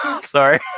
Sorry